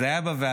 זה היה בוועדה,